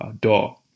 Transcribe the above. door